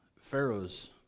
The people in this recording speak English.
Pharaoh's